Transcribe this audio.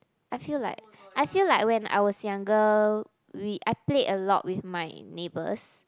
I feel like I feel like when I was younger we I played a lot with my neighbours